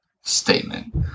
statement